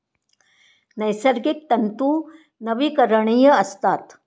नैसर्गिक तंतू नवीकरणीय असतात